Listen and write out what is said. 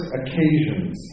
occasions